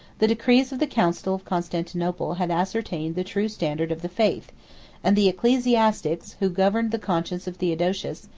the decrees of the council of constantinople had ascertained the true standard of the faith and the ecclesiastics, who governed the conscience of theodosius,